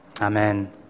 Amen